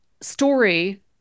story